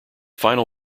final